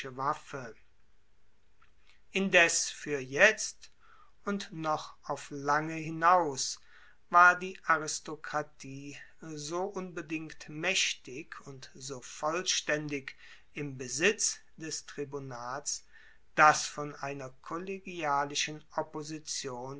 waffe indes fuer jetzt und noch auf lange hinaus war die aristokratie so unbedingt maechtig und so vollstaendig im besitz des tribunats dass von einer kollegialischen opposition